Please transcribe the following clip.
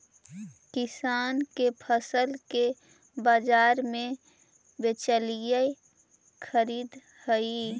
किसान के फसल के बाजार में बिचौलिया खरीदऽ हइ